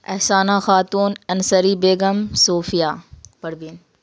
Ahsana Khatoon Ansari Begum Sofia Parveen